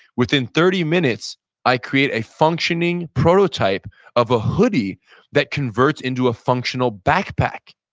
within thirty minutes i create a functioning prototype of a hoodie that converts into a functional backpack,